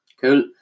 Cool